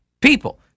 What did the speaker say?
people